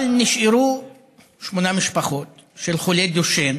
אבל נשארו שמונה משפחות של חולי דושן